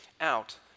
out